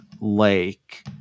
Lake